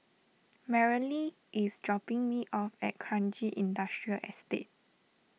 Marilee is dropping me off at Kranji Industrial Estate